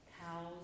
cows